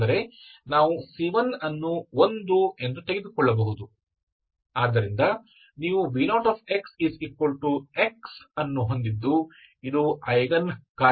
ಅಂದರೆ ನಾವು c1 ಅನ್ನು 1 ಎಂದು ತೆಗೆದುಕೊಳ್ಳಬಹುದು ಆದ್ದರಿಂದ ನೀವು v0xx ಅನ್ನು ಹೊಂದಿದ್ದು ಇದು ಐಗನ್ ಕಾರ್ಯವಾಗಿದೆ